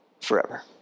forever